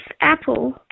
Apple